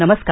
नमस्कार